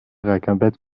rekabet